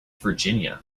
virginia